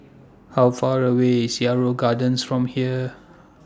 How Far away IS Yarrow Gardens from here